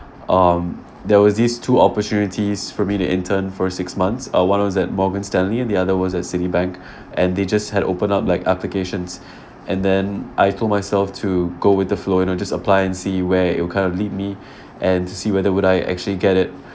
um there were these two opportunities for me the intern for six months uh one of those at Morgan Stanley and the other one was at Citibank and they just had open up like applications and then I told myself to go with the flow you know just apply and see where it will kind of lead me and to see whether would I actually get it